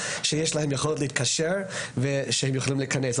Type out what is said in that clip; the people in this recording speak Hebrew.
יש להם יכולת להתקשר והם יכולים להיכנס.